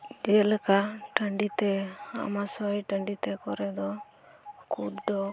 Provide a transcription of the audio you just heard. ᱡᱮᱞᱮᱠᱟ ᱦᱟᱺᱰᱤᱛᱮ ᱟᱢᱟᱭᱚᱭ ᱴᱟᱺᱰᱤᱛᱮ ᱠᱚᱨᱮᱫᱚ ᱠᱩᱛᱰᱚᱠ